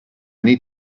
need